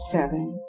Seven